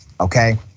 okay